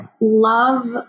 Love